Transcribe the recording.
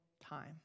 time